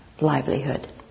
livelihood